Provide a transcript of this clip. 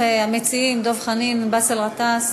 לא.